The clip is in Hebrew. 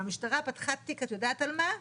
והמשטרה פתחה תיק את יודעת על מה?